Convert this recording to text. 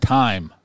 time